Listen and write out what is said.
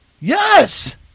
Yes